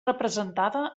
representada